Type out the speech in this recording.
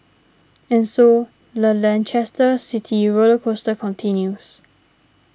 and so the Leicester City roller coaster continues